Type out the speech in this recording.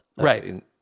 Right